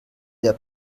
der